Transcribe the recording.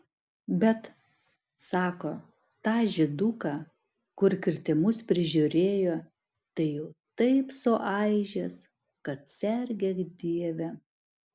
bet sako tą žyduką kur kirtimus prižiūrėjo tai jau taip suaižęs kad sergėk dieve